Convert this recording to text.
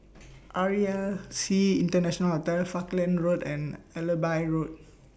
R E L C International Hotel Falkland Road and Allenby Road